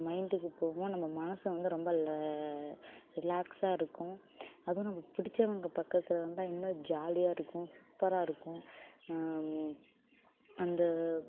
மைண்டுக்கு போவோம் நம்ம மனசு வந்து ரொம்ப ரிலாக்ஸாக இருக்கும் அதுவும் நம்ம பிடிச்சவங்க பக்கத்தில் இருந்தால் இன்னும் ஜாலியாக இருக்கும் சூப்பராக இருக்கும் அந்த